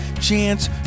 chance